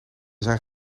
zijn